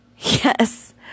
yes